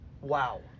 Wow